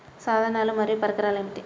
సాధనాలు మరియు పరికరాలు ఏమిటీ?